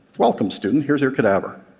welcome, student. here's your cadaver.